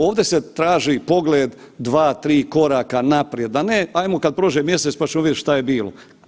Ovdje se traži pogled 2-3 koraka naprijed, a ne ajmo kad pođe mjesec, pa ćemo vidjet šta je bilo.